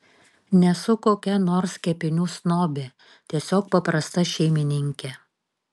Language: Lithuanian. nesu kokia nors kepinių snobė tiesiog paprasta šeimininkė